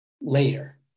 later